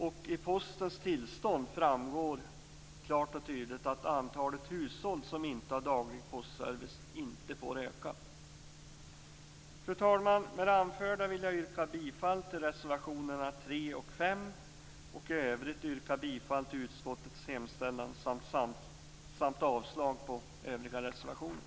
Och i Postens tillstånd framgår klart och tydligt att antalet hushåll som inte har daglig postservice inte får öka. Fru talman! Med det anförda yrkar jag bifall till reservationerna 3 och 5 och i övrigt till utskottets hemställan samt avslag på övriga reservationer.